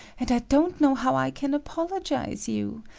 and i don't know how i can apologize you!